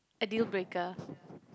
a dealbreaker